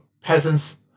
peasants